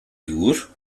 gŵr